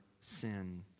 sin